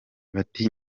bati